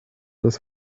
das